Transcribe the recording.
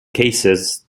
cases